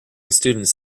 students